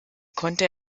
konnte